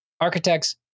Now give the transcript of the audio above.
Architects